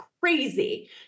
crazy